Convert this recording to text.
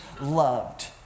loved